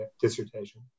dissertation